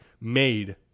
made